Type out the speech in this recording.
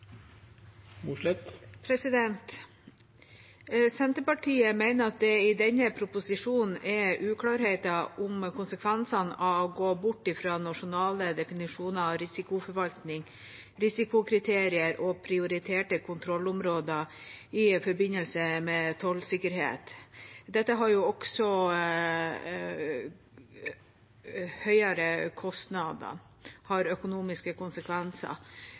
Senterpartiet mener at det i denne proposisjonen er uklarheter om konsekvensene av å gå bort fra nasjonale definisjoner og risikoforvaltning, risikokriterier og prioriterte kontrollområder i forbindelse med tollsikkerhet. Dette har også høyere kostnader, altså økonomiske konsekvenser.